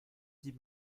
dit